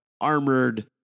armored